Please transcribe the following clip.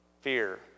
Fear